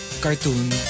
cartoon